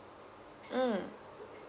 mm